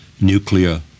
nuclear